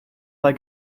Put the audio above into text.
bei